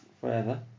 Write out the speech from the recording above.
forever